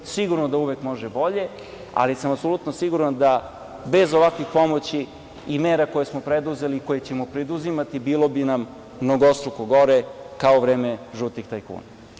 Sigurno da uvek može bolje, ali sam apsolutno siguran da bez ovakvih pomoći i mera koje smo preduzeli i koje ćemo preduzimati bilo bi nam mnogostruko gore, kao u vreme žutih tajkuna.